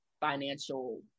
financial